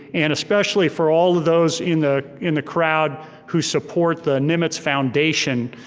and especially for all of those in the in the crowd who support the nimitz foundation.